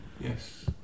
Yes